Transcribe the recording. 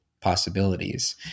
possibilities